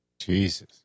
Jesus